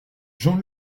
jean